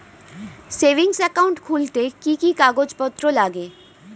Savings account খুলতে কি কি কাগজপত্র লাগে?